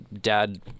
Dad